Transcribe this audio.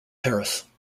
terrace